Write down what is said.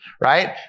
right